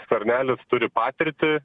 skvernelis turi patirtį